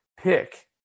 pick